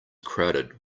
crowded